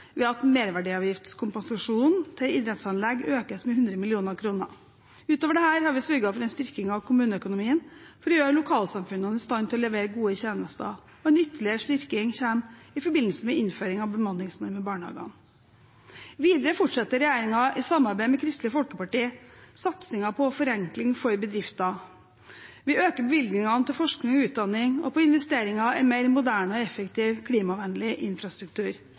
merverdiavgiftskompensasjonen til idrettsanlegg økes med 100 mill. kr. Utover dette har vi sørget for en styrking av kommuneøkonomien for å gjøre lokalsamfunnene i stand til å levere gode tjenester. En ytterligere styrking kommer i forbindelse med innføringen av bemanningsnorm i barnehagene. Videre fortsetter regjeringen i samarbeid med Kristelig Folkeparti satsingen på forenkling for bedrifter. Vi øker bevilgningene til forskning og utdanning og til investeringer i en mer moderne, effektiv og klimavennlig infrastruktur.